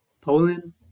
Poland